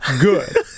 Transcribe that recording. good